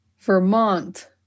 Vermont